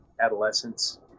adolescence